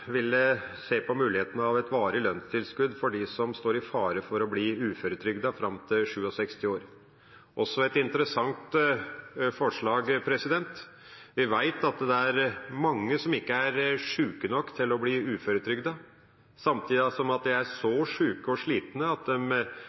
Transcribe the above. ville se på muligheten av et varig lønnstilskudd for dem som står i fare for å bli uføretrygdet fram til 67 år – også et interessant forslag. Vi vet at det er mange som ikke er syke nok til å bli uføretrygdet, samtidig som de er så syke og slitne at